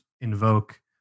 invoke